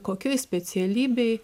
kokioj specialybėj